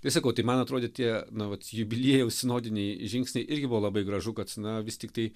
tai sakau tai man atrodė tie na vat jubiliejaus sinodiniai žingsniai irgi buvo labai gražu kad na vis tik tai